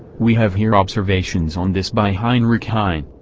we have here observations on this by heinrich heine,